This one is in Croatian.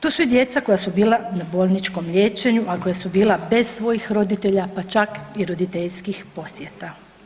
Tu su i djeca koja su bila na bolničkom liječenju, a koja su bila bez svojih roditelja, pa čak i roditeljskih posjeta.